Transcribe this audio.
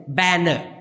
banner